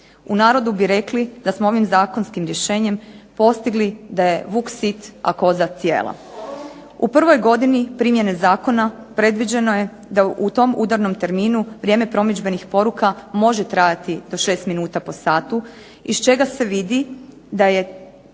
U narodu bi rekli da smo ovim zakonskim rješenjem postigli da je vuk sit, a koza cijela. U prvoj godini primjene zakona predviđeno je da u tom udarnom terminu vrijeme promidžbenih poruka može trajati do šest minuta po satu iz čega se vidi da je